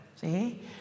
See